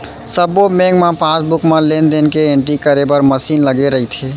सब्बो बेंक म पासबुक म लेन देन के एंटरी करे बर मसीन लगे रइथे